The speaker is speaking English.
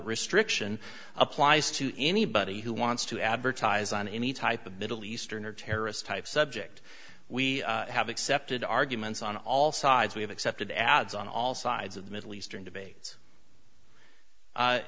restriction applies to anybody who wants to advertise on any type of middle eastern or terrorist type subject we have accepted arguments on all sides we have accepted ads on all sides of the middle eastern debate